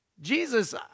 Jesus